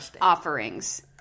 offerings